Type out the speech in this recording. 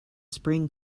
spring